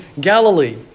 Galilee